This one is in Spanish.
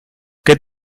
que